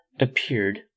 appeared